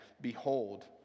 behold